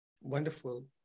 Wonderful